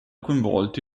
coinvolti